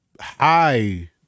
high